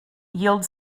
yield